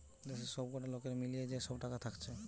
দেশের সবকটা লোকের মিলিয়ে যে সব টাকা থাকছে